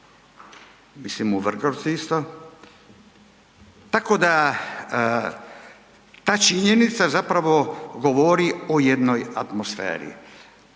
mislim u Vrgorcu isto, tako da ta činjenica zapravo govori o jednoj atmosferi.